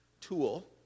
Tool